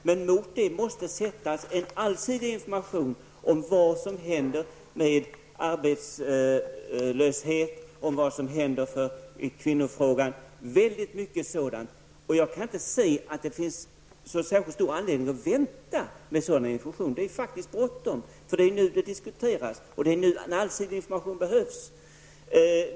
Men mot det måste sättas en allsidig information om vad som händer med arbetslöshet, vad som händer i kvinnofrågan m.m. Jag kan inte se att det finns särskilt stor anledning att vänta med sådan information. Det är faktiskt bråttom. Det är nu frågan diskuteras och det är nu en allsidig information behövs.